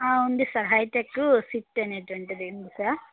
ఆ వుంది sir hi-tech Swift అనేటువంటిది ఉంది సర్